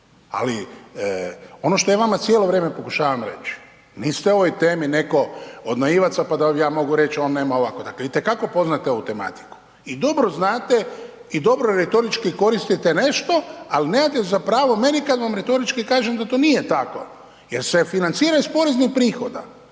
Ali, ono što ja vama cijelo vrijeme pokušavam reći, niste u ovoj temi netko od naivaca pa da vam ja mogu reći, on nema ovako, dakle, itekako poznate ovu tematiku i dobro znate i dobro retorički koristite nešto, ali nemate za pravo meni kad vam retorički kažem da nije tako jer se financira iz poreznih prihoda.